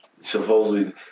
Supposedly